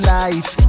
life